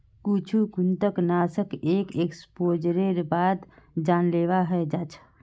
कुछु कृंतकनाशक एक एक्सपोजरेर बाद जानलेवा हय जा छ